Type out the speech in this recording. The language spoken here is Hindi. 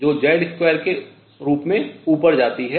जो Z2 के रूप में ऊपर जाती है